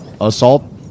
Assault